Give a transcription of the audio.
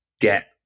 get